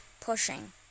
pushing